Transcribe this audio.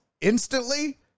instantly